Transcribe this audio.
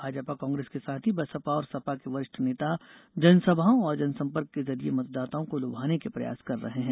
भाजपा कांग्रेस के साथ ही बसपा और सपा के वरिष्ठ नेता जनसभाओं और जनंसपर्क के जरिए मतदाताओं को लुभाने के प्रयास कर रहे हैं